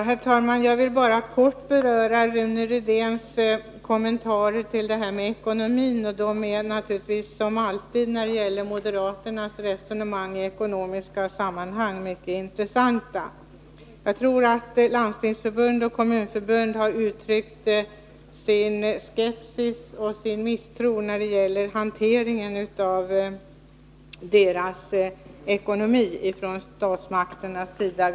Herr talman! Jag vill bara kort beröra Rune Rydéns kommentarer om detta med ekonomin. Som alltid när det gäller moderaternas resonemang i ekonomiska sammanhang är de mycket intressanta. Jag tror att Landstingsförbundet och Kommunförbundet ganska nyligen har uttryckt sin skepsis och sin misstro när det gäller hanteringen av deras ekonomi från statsmakternas sida.